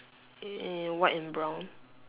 white and brown